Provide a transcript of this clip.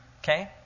okay